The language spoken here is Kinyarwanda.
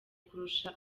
kurusha